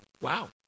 Wow